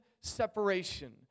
separation